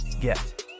get